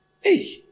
Hey